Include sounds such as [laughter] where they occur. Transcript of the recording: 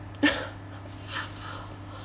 [laughs]